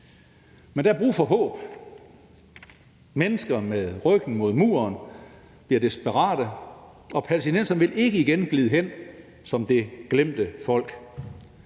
Der er brug for håb. Mennesker med ryggen mod muren bliver desperate, og palæstinenserne vil ikke igen glide hen som det glemte folk.